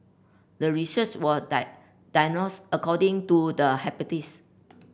the research were according to the hyper